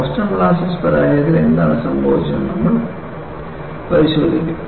Boston molasses പരാജയത്തിൽ എന്താണ് സംഭവിച്ചതെന്ന് നമ്മൾ പരിശോധിക്കും